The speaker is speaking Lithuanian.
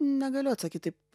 negaliu atsakyt taip